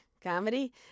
comedy